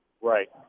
Right